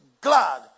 glad